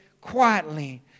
quietly